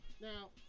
Now